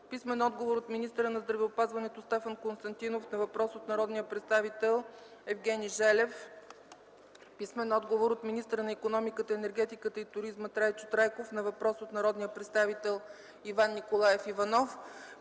Димитров; - от министъра на здравеопазването Стефан Константинов на въпрос от народния представител Евгений Желев; - от министъра на икономиката, енергетиката и туризма Трайчо Трайков на въпрос от народния представител Иван Николаев Иванов;